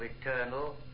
eternal